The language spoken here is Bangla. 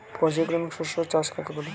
পর্যায়ক্রমিক শস্য চাষ কাকে বলে?